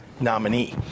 Nominee